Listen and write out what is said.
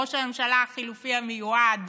ראש הממשלה החלופי המיועד